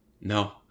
No